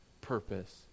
purpose